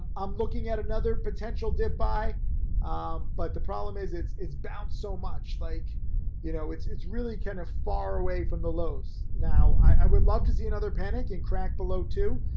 i'm looking at another potential dip buy um but the problem is it's it's bounced so much, like you know, it's it's really kind of far away from the lows. now i would love to see another panic and crack below two,